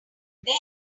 they